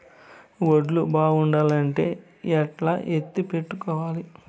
వడ్లు బాగుండాలంటే ఎట్లా ఎత్తిపెట్టుకోవాలి?